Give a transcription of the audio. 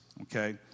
Okay